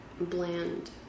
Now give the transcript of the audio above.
bland